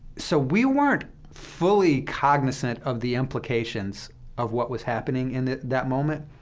so we weren't fully cognizant of the implications of what was happening in that moment.